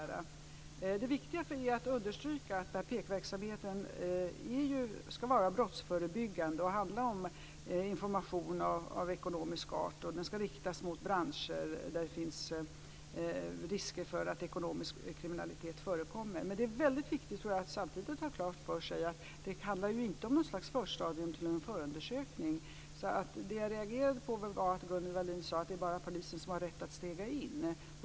Det är viktigt att understryka att PEK verksamheten ska vara brottsförebyggande och handla om information av ekonomisk art. Den ska riktas mot branscher där det finns risker för att ekonomisk kriminalitet förekommer. Jag tror att det samtidigt är väldigt viktigt att ha klart för sig att det inte handlar om något slags förstadium till en förundersökning. Det jag reagerade på var att Gunnel Wallin sade att det bara är polisen som har rätt att stega in.